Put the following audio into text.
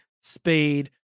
speed